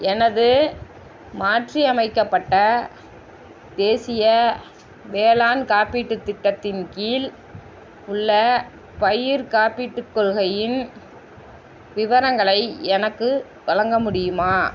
எனது மாற்றியமைக்கப்பட்ட தேசிய வேளாண் காப்பீட்டுத் திட்டத்தின் கீழ் உள்ள பயிர்க் காப்பீட்டுக் கொள்கையின் விவரங்களை எனக்கு வழங்க முடியுமா